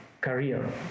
career